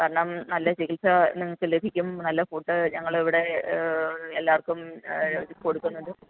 കാരണം നല്ല ചികിത്സ നിങ്ങൾക്ക് ലഭിക്കും നല്ല ഫുഡ് ഞങ്ങളിവിടെ എല്ലാവർക്കും കൊടുക്കുന്നുണ്ട്